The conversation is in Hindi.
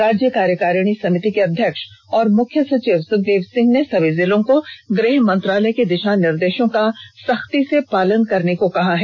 राज्य कार्यकारिणी समिति के अध्यक्ष और मुख्य सचिव सुखदेव सिंह ने सभी जिलों को गृह मंत्रालय के दिषा निर्देषों का सख्ती से पालन करने को कहा है